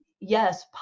Yes